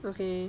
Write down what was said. okay